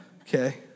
Okay